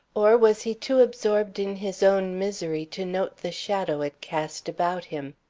or was he too absorbed in his own misery to note the shadow it cast about him?